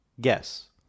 guess